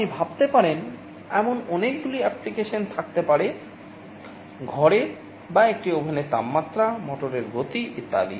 আপনি ভাবতে পারেন এমন অনেকগুলি অ্যাপ্লিকেশন থাকতে পারে ঘরের বা একটি ওভেনের তাপমাত্রা মোটরের গতি ইত্যাদি